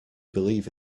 believe